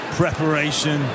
preparation